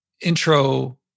intro